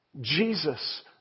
Jesus